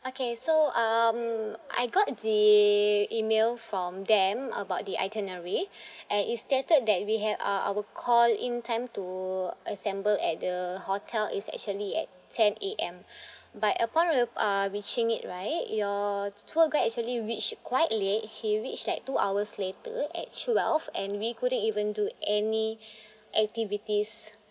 okay so um I got the email from them about the itinerary and it's stated that we ha~ uh our call in time to assemble at the hotel is actually at ten A_M but upon rea~ uh reaching it right your tour guide actually reached quite late he reached like two hours later at twelve and we couldn't even do any activities